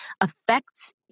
affects